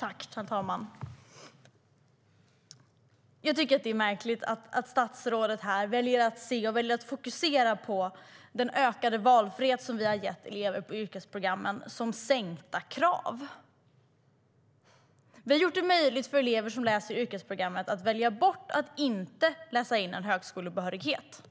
Herr talman! Jag tycker att det är märkligt att statsrådet här väljer att se den ökade valfrihet vi har gett elever på yrkesprogrammen som sänkta krav. Vi har gjort det möjligt för elever som läser yrkesprogrammen att välja att läsa in en högskolebehörighet.